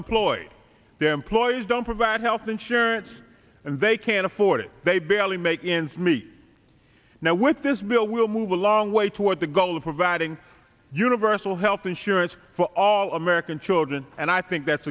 employed the employers don't provide health insurance and they can't afford it they barely make ends meet now with this bill will move a long way toward the goal of providing universal health insurance for all american children and i think that's